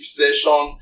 session